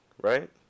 Right